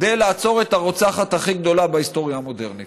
כדי לעצור את הרוצחת הכי גדולה בהיסטוריה המודרנית.